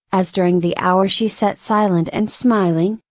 as during the hour she sat silent and smiling,